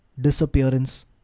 disappearance